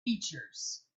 features